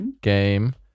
Game